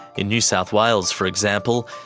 in new south wales, for example,